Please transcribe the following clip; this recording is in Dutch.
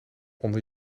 onder